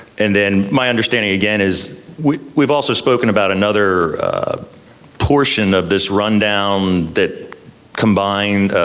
and then my understanding again is we've we've also spoken about another portion of this rundown that combined,